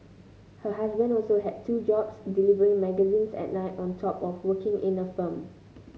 her husband also had two jobs delivering magazines at night on top of working in a firm